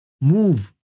move